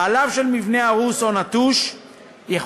בעליו של מבנה הרוס או נטוש יחויב